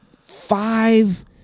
five